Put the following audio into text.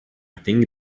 think